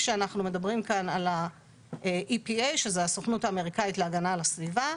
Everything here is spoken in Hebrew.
כשאנחנו מדברים כאן על ה-EPA שזה הסוכנות האמריקאית להגנה על הסביבה,